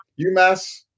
UMass